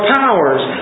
powers